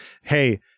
Hey